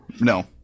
No